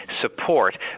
support